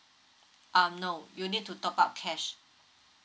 um no you need to top up cash